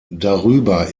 darüber